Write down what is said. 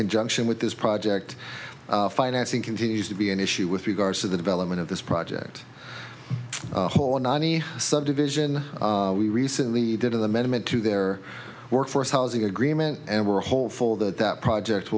conjunction with this project financing continues to be an issue with regards to the development of this project hola nonny subdivision we recently did of the measurement to their workforce housing agreement and we're hopeful that that project